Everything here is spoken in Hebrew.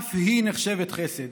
אף היא נחשבת חסד,